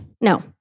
No